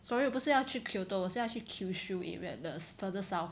sorry 我不是要去 Kyoto 我是要去 Kyushu area the further south